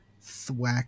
thwack